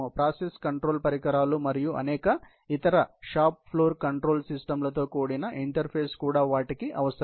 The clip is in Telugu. ప్రాసెస్ కంట్రోల్ పరికరాలు మరియు అనేక ఇతర షాప్ ఫ్లోర్ కంట్రోల్ సిస్టమ్లతో కూడిన ఇంటర్ఫేస్ కూడా వాటికీ అవసరం